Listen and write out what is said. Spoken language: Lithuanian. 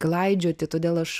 klaidžioti todėl aš